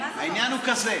העניין הוא כזה,